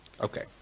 Okay